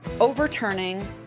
overturning